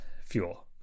Fuel